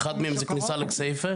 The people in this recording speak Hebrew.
אחד מהם זה בכניסה לכסיפה.